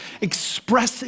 expressing